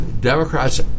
Democrats